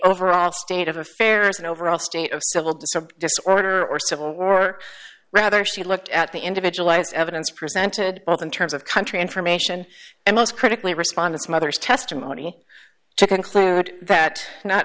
overall state of affairs and overall state of civil disorder disorder or civil war or rather she looked at the individual lives evidence presented both in terms of country information and most critically respondents mother's testimony to conclude that not